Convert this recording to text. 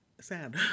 sad